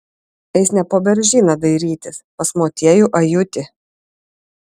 eis ne po beržyną dairytis pas motiejų ajutį